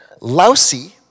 lousy